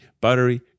buttery